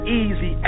easy